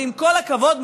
ועם כל הכבוד,